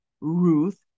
Ruth